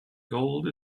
gold